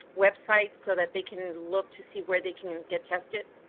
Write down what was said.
website so that they can look to see where they can get tested?